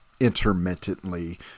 intermittently